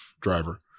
driver